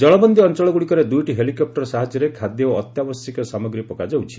ଜଳବନ୍ଦୀ ଅଞ୍ଚଳଗୁଡ଼ିକରେ ଦୁଇଟି ହେଲିକପୁର ସାହାଯ୍ୟରେ ଖାଦ୍ୟ ଓ ଅତ୍ୟାବଶ୍ୟକୀୟ ସାମଗ୍ରୀ ପକା ଯାଉଛି